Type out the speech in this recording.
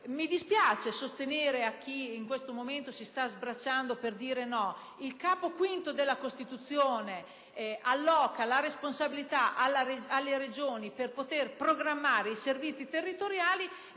Mi dispiace ribadire a chi in questo momento si sta sbracciando per dire no, che il Titolo V della Costituzione alloca la responsabilità alle Regioni per poter programmare i servizi territoriali;